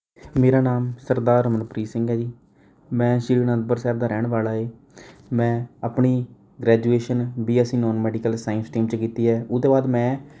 ਮੇਰਾ ਨਾਮ ਸਰਦਾਰ ਅਮਨਪ੍ਰੀਤ ਸਿੰਘ ਹੈ ਜੀ ਮੈਂ ਸ਼੍ਰੀ ਆਨੰਦਪੁਰ ਸਾਹਿਬ ਦਾ ਰਹਿਣ ਵਾਲਾ ਏ ਮੈਂ ਆਪਣੀ graduation B S C non medical science stream 'ਚ ਕੀਤੀ ਹੈ ਉਹਤੇ ਬਾਅਦ ਮੈਂ